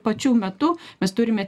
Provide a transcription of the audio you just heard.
pačiu metu mes turime